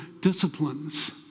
disciplines